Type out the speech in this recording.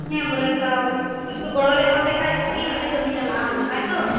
ᱦᱮᱸ ᱵᱚᱞᱮ ᱛᱟᱣ ᱮᱠᱴᱩ ᱜᱚᱲᱚᱞᱮ ᱮᱢᱟᱯᱮᱠᱷᱟᱱ ᱵᱷᱟ ᱜᱮ ᱧᱚᱜᱛᱮ ᱠᱟ ᱢᱤ ᱪᱟᱞᱟᱜᱼᱟ ᱛᱟᱭᱛᱚ